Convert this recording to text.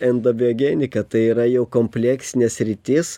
endobiogenika tai yra jau kompleksinė sritis